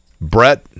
Brett